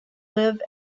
live